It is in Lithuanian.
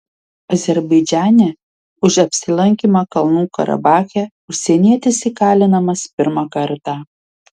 azerbaidžane už apsilankymą kalnų karabache užsienietis įkalinamas pirmą kartą